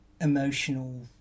emotional